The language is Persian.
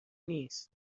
نیست